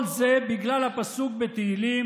כל זה, בגלל הפסוק בתהילים: